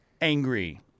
angry